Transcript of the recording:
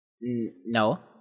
No